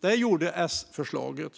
Det gjorde de i S-förslaget.